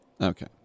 Okay